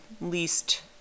least